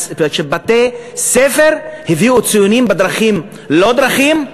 שבתי-הספר הביאו ציונים בדרכים לא דרכים,